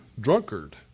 drunkard